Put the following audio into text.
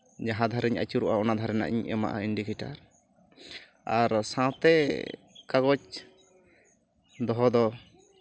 ᱡᱟᱦᱟᱸ ᱫᱷᱟᱨᱮᱧ ᱟᱹᱪᱩᱨᱚᱜᱼᱟ ᱚᱱᱟ ᱫᱷᱟᱨᱮᱱᱟᱜ ᱤᱧ ᱮᱢᱟᱜᱼᱟ ᱤᱱᱰᱤᱠᱮᱴᱟᱨ ᱟᱨ ᱥᱟᱶᱛᱮ ᱠᱟᱜᱚᱡᱽ ᱫᱚᱦᱚ ᱫᱚ